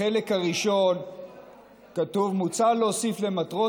בחלק הראשון כתוב: מוצע להוסיף למטרות